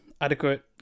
adequate